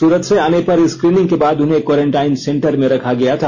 सूरत से आने पर स्क्रीनिंग के बाद इन्हें क्वारेंटाइन सेंटर में रखा गया था